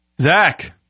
Zach